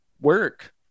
work